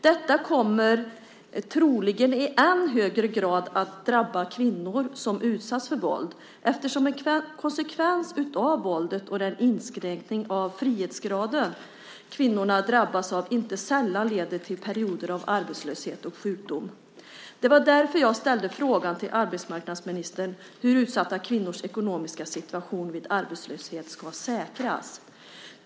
Det kommer troligen i än högre grad att drabba kvinnor som utsatts för våld. En konsekvens av våldet och den inskränkning av frihetsgraden som kvinnorna drabbas av är inte sällan perioder av arbetslöshet och sjukdom. Det var därför jag ställde frågan till arbetsmarknadsministern om hur utsatta kvinnors ekonomiska situation vid arbetslöshet ska säkras.